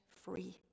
free